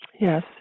Yes